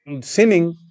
sinning